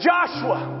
Joshua